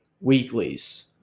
weeklies